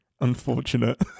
unfortunate